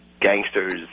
gangsters